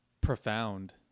profound